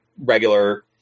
regular